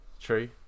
True